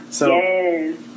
Yes